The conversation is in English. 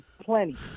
plenty